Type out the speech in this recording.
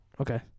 Okay